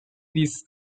this